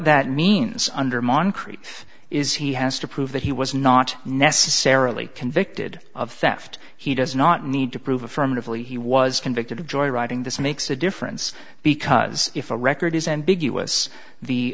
moncrief is he has to prove that he was not necessarily convicted of theft he does not need to prove affirmatively he was convicted of joyriding this makes a difference because if a record is ambiguous the